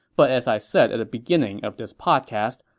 but as i said at the beginning of this podcast,